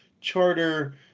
charter